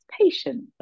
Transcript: patience